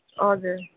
हजुर